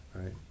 right